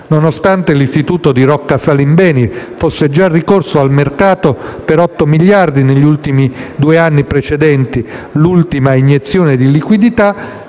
Nonostante l'istituto di Rocca Salimbeni fosse già ricorso al mercato per 8 miliardi negli ultimi due anni precedenti l'ultima iniezione di liquidità,